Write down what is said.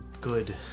good